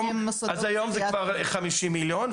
אז היום זה כבר 50 מיליון.